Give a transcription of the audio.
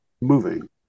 moving